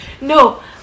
No